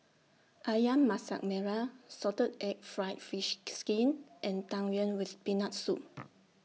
Ayam Masak Merah Salted Egg Fried Fish Skin and Tang Yuen with Peanut Soup